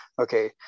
okay